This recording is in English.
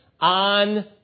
on